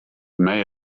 may